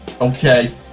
okay